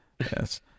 Yes